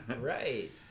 right